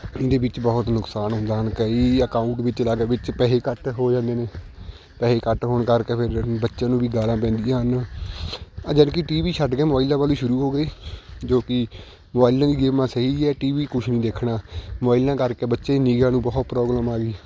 ਇਹਦੇ ਵਿੱਚ ਬਹੁਤ ਨੁਕਸਾਨ ਹੁੰਦਾ ਹਨ ਕਈ ਅਕਾਊਂਟ ਵਿੱਚ ਲੱਗ ਵਿੱਚ ਪੈਸੇ ਕੱਟ ਹੋ ਜਾਂਦੇ ਨੇ ਪੈਸੇ ਕੱਟ ਹੋਣ ਕਰਕੇ ਫਿਰ ਬੱਚਿਆਂ ਨੂੰ ਵੀ ਗਾਲ੍ਹਾਂ ਪੈਂਦੀਆਂ ਹਨ ਜਦਕਿ ਟੀ ਵੀ ਛੱਡ ਕੇ ਮੋਬਾਈਲਾਂ ਵੱਲ ਸ਼ੁਰੂ ਹੋ ਗਏ ਜੋ ਕਿ ਮੋਬਾਇਲ ਗੇਮਾਂ ਸਹੀ ਹੈ ਟੀ ਵੀ ਕੁਛ ਨਹੀਂ ਦੇਖਣਾ ਮੋਬਾਈਲਾਂ ਕਰਕੇ ਬੱਚੇ ਨਿਗ੍ਹਾ ਨੂੰ ਬਹੁਤ ਪ੍ਰੋਬਲਮ ਆ ਗਈ